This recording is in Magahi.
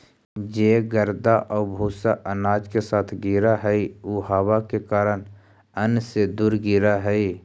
जे गर्दा आउ भूसा अनाज के साथ गिरऽ हइ उ हवा के कारण अन्न से दूर गिरऽ हइ